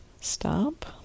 stop